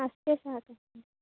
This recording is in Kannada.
ಅಷ್ಟೇ ಸಾಕು